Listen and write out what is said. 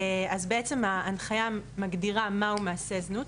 בעצם ההנחיה מגדירה מה הוא מעשה זנות,